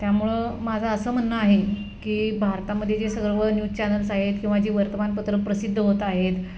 त्यामुळं माझं असं म्हणणं आहे की भारतामध्ये जे सर्व न्यूज चॅनल्स आहेत किंवा जे वर्तमानपत्रं प्रसिद्ध होत आहेत